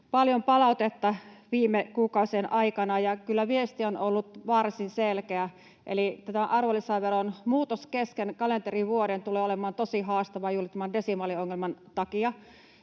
paljon palautetta viime kuukausien aikana, ja kyllä viesti on ollut varsin selkeä, eli tämä arvonlisäveron muutos kesken kalenterivuoden tulee olemaan tosi haastava juuri tämän desimaaliongelman takia.